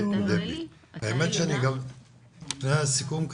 לפני הסיכום,